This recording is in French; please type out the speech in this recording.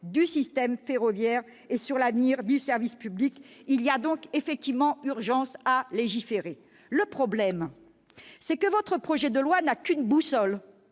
du système ferroviaire et sur l'avenir du service public. Il y a donc effectivement urgence à légiférer ! Le problème, c'est que votre projet de loi n'a qu'une boussole,